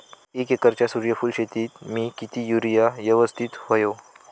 एक एकरच्या सूर्यफुल शेतीत मी किती युरिया यवस्तित व्हयो?